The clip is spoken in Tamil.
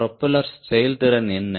ப்ரொபெல்லர் செயல்திறன் என்ன